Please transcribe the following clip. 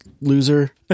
loser